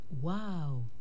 wow